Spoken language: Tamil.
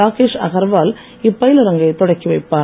ராகேஷ் அகர்வால் இப்பயிலரங்கை தொடக்கிவைப்பார்